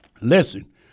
Listen